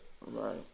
right